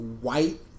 white